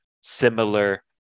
similar